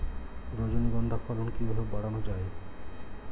রজনীগন্ধা ফলন কিভাবে বাড়ানো যায়?